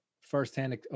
firsthand